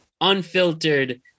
unfiltered